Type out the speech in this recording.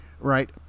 right